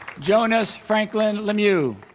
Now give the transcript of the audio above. jonas franklin lemieux